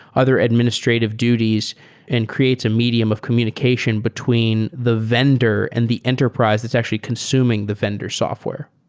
other administrative duties and creates a medium of communication between the vendor and the enterprise that's actually consuming the vendor software.